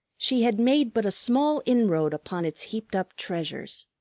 she had made but a small inroad upon its heaped-up treasures.